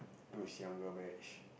those younger batch